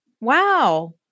Wow